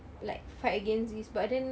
like fight against this but then